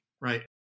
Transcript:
right